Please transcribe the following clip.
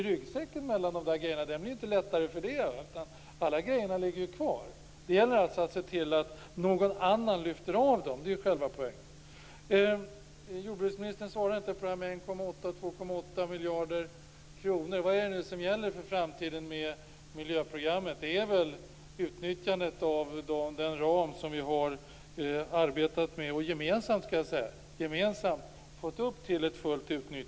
Ryggsäcken blir inte lättare för det, eftersom alla grejer ligger kvar. Det gäller alltså att se till att någon annan lyfter av dem. Det är själva poängen. eller 2,8 miljarder kronor. Vad gäller i framtiden för miljöprogrammet? Det är väl utnyttjandet av den ram som vi tidigare gemensamt arbetat med och fått upp till ett fullt utnyttjande? Jag skall ta upp det svenska agerandet på EU-nivå. Jag tycker att man ibland kan se att det inte är så tydligt inriktat på att göra det bra för svenskt jordbruk.